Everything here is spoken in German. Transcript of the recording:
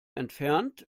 entfernt